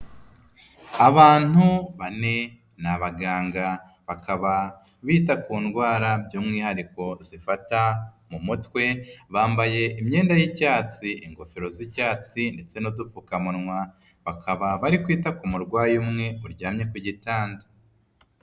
Abantu bane ni abaganga, bakaba bita ku ndwara by'umwihariko zifata mu mutwe, bambaye imyenda y'icyatsi, ingofero z'icyatsi ndetse n'udupfukamunwa, bakaba bari kwita ku murwayi umwe uryamye ku gitanda.